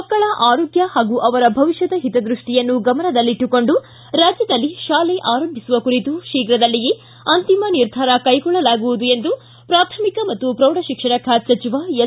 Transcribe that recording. ಮಕ್ಕಳ ಆರೋಗ್ಯ ಹಾಗೂ ಅವರ ಭವಿಷ್ಯದ ಹಿತದೃಷ್ಷಿಯನ್ನು ಗಮನದಲ್ಲಿಟ್ಲುಕೊಂಡು ರಾಜ್ಯದಲ್ಲಿ ತಾಲೆ ಆರಂಭಿಸುವ ಕುರಿತು ಶೀಘದಲ್ಲಿಯೇ ಅಂತಿಮ ನಿರ್ಧಾರ ಕೈಗೊಳ್ಳಲಾಗುವುದು ಎಂದು ಪ್ರಾಥಮಿಕ ಮತ್ತು ಪ್ರೌಢಶಿಕ್ಷಣ ಖಾತೆ ಸಚವ ಎಸ್